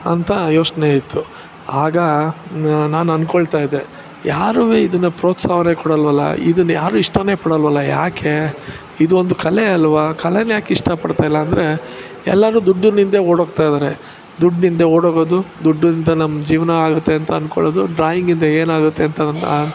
ಅಂತ ಯೋಚನೆ ಇತ್ತು ಆಗ ನಾನು ಅಂದ್ಕೊಳ್ತಾ ಇದ್ದೆ ಯಾರು ಇದನ್ನು ಪ್ರೋತ್ಸಾಹನೇ ಕೊಡಲ್ಲವಲ್ಲ ಇದನ್ಯಾರು ಇಷ್ಟನೇ ಪಡಲ್ಲವಲ್ಲ ಯಾಕೆ ಇದೊಂದು ಕಲೆ ಅಲ್ವಾ ಕಲೆನ ಯಾಕಿಷ್ಟ ಪಡ್ತಾ ಇಲ್ಲ ಅಂದರೆ ಎಲ್ಲನು ದುಡ್ಡಿನಿಂದೆ ಓಡೋಗ್ತಾ ಇದ್ದಾರೆ ದುಡ್ಡಿಂದೆ ಓಡೋಗೋದು ದುಡ್ಡಿಂದ ನಮ್ಮ ಜೀವನ ಆಗುತ್ತೆ ಅಂತ ಅಂದ್ಕೊಳ್ಳುದು ಡ್ರಾಯಿಂಗಿಂದ ಏನಾಗುತ್ತೆ ಅಂತ